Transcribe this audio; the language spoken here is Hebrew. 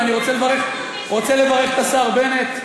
ואני רוצה לברך את השר בנט,